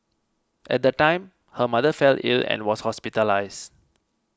at the time her mother fell ill and was hospitalised